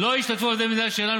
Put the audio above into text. לא נתתי לו זמן.